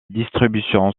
distribution